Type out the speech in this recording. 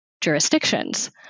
jurisdictions